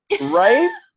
right